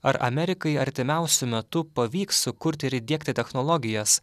ar amerikai artimiausiu metu pavyks sukurti ir įdiegti technologijas